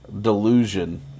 delusion